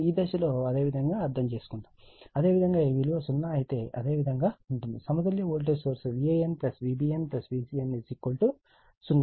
కానీ ఈ దశలో అదేవిధంగా అర్థం చేసుకుంటాము అదేవిధంగా ఈ విలువ 0 అయితే అదేవిధంగా ఉంటుంది సమతుల్య voltage source Van Vbn Vcn 0 అవుతుంది